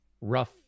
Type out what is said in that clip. rough